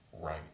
right